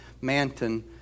Manton